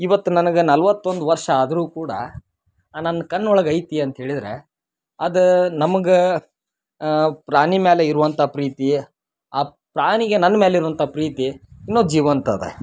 ಈವತ್ತು ನನಗೆ ನಲವತ್ತೊಂದು ವರ್ಷ ಆದ್ರೂ ಕೂಡ ಆ ನನ್ನ ಕಣ್ಣೊಳಗೆ ಐತಿ ಅಂಥೇಳಿದ್ರೆ ಅದು ನಮಗೆ ಪ್ರಾಣಿ ಮ್ಯಾಲ ಇರುವಂಥ ಪ್ರೀತಿ ಆ ಪ್ರಾಣಿಗೆ ನನ್ನ ಮೇಲಿರುವಂಥ ಪ್ರೀತಿ ಇನ್ನೂ ಜೀವಂತ ಅದ